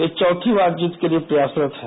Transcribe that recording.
ये चौथी बार जीत के लिए प्रयासरत हैं